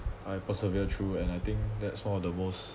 I persevere through and I think that's one of the most